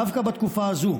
דווקא בתקופה הזאת,